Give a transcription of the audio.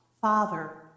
Father